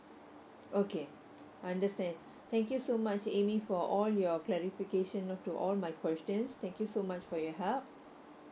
okay I understand thank you so much amy for all your clarification note to all my questions thank you so much for your help